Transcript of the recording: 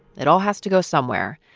it all has to go somewhere.